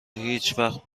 هیچوقت